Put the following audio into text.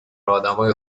آدمای